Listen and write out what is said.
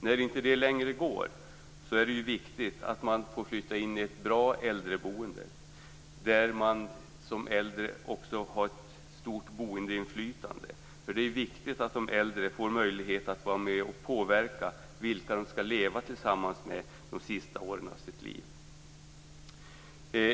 När inte det längre går är det viktigt att få flytta in i ett bra äldreboende där de äldre också har ett stort boendeinflytande. Det är ju viktig att de äldre får möjlighet att vara med och påverka vilka de skall leva tillsammans med de sista åren av sina liv.